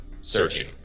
Searching